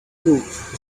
roof